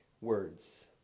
words